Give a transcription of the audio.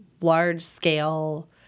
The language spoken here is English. large-scale